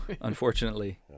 Unfortunately